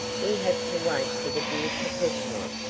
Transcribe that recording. we have to wait for the dear professional,